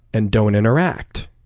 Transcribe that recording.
and don't interact.